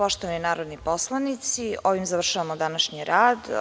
Poštovani narodni poslanici, ovim završavamo današnji rad.